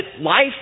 life